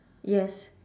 yes